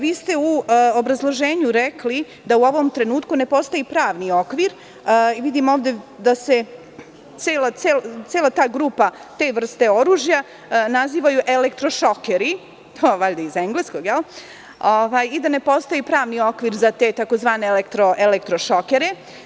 Vi ste u obrazloženju rekli da u ovom trenutku ne postoji pravni okvir i vidim ovde da se cela ta grupa, te vrste oružja, nazivaju elektrošokeri, to valjda iz engleskog, i da ne postoji pravni okvir za te tzv. elektrošokere.